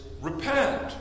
repent